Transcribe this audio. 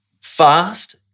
fast